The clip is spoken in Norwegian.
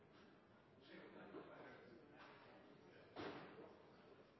fulgt opp det